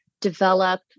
develop